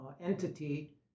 entity